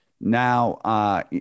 now